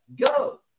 Go